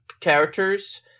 characters